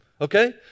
Okay